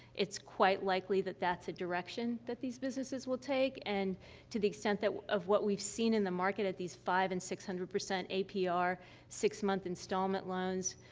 it's quite likely that that's a direction that these businesses will take, and to the extent that of what we've seen in the market at these five and six hundred percent apr, six month installment loans,